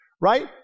Right